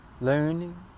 learning